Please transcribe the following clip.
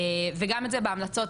וגם את זה בהמלצות,